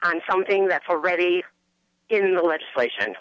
on something that's already in the legislation